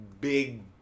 big